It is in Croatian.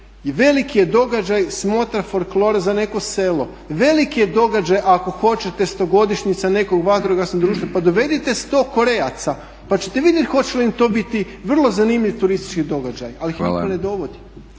veliki je događaj smotra folklora za neko selo. Veliki je događaj ako hoćete 100-godišnjica nekog vatrogasnog društva. Pa dovedite 100 Korejaca pa ćete vidjet hoće li im to biti vrlo zanimljiv turistički događaj, ali ih nitko ne dovodi.